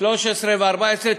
13 ו-14.